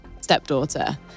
stepdaughter